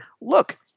look